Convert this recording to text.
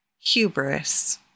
Hubris